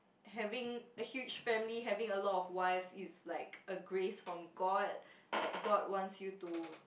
having a huge family having a lot of wives is like a grace from god like god wants you to